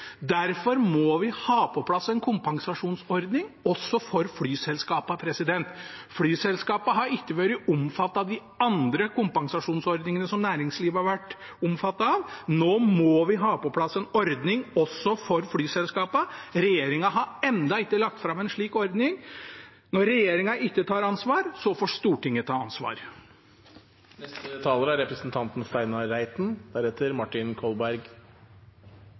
Derfor må vi ha på plass en kompensasjonsordning også for flyselskapene. Flyselskapene har ikke vært omfattet av de andre kompensasjonsordningene som næringslivet har vært omfattet av. Nå må vi ha på plass en ordning også for flyselskapene. Regjeringen har ennå ikke lagt fram en slik ordning. Når regjeringen ikke tar ansvar, så får Stortinget ta ansvar. Det er